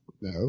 No